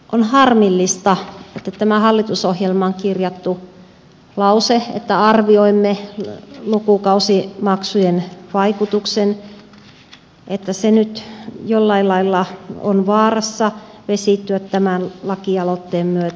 on harmillista että tämä hallitusohjelmaan kirjattu lause että arvioimme lukukausimaksujen vaikutuksen nyt jollain lailla on vaarassa vesittyä tämän lakialoitteen myötä